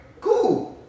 cool